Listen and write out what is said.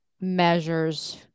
measures